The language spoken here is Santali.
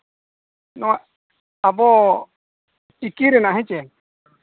ᱱᱚᱣᱟ ᱟᱵᱚ ᱪᱤᱠᱤ ᱨᱮᱱᱟᱜ ᱦᱮᱸᱪᱮ